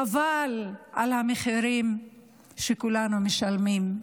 חבל על המחירים שכולנו משלמים,